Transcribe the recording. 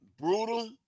Brutal